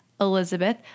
Elizabeth